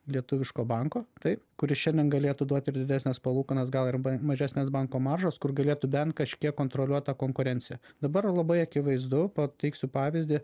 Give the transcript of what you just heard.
lietuviško banko taip kuris šiandien galėtų duot ir didesnes palūkanas gal arba mažesnes banko maržos kur galėtų bent kažkiek kontroliuot tą konkurenciją dabar labai akivaizdu pateiksiu pavyzdį